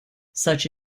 such